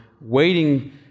waiting